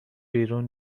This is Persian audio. بیرون